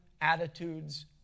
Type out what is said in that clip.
attitudes